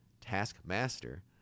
Taskmaster